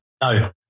No